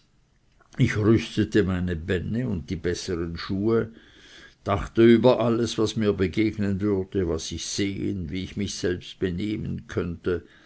ich rüstete meine bänne und die bessern schuhe dachte über alles was mir begegnen würde was ich sehen wie ich mich benehmen könnte